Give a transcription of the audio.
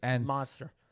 Monster